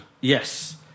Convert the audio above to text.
Yes